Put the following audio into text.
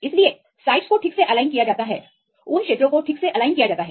इसलिए साइटस को ठीक से एलाइन किया जाता है उन क्षेत्रों को ठीक से एलाइन किया जाता है